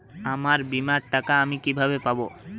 আমার বীমার টাকা আমি কিভাবে পাবো?